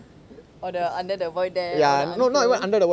or the under the void deck all the uncles